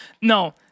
no